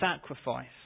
sacrifice